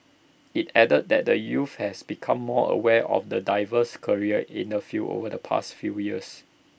IT added that the youths has become more aware of the diverse careers in the field over the past few years